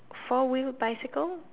four wheel bicycle